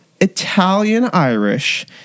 Italian-Irish